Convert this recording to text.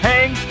Hang